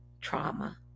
trauma